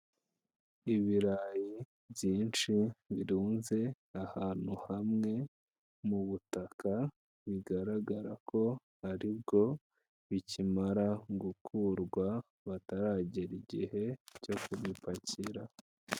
Ibirayi byinshi birunze ahantu hamwe mu butaka, bigaragara ko ari bwo bikimara gukurwa bataragera igihe cyo kubipakira.